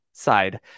side